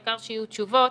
העיקר שיהיו תשובות.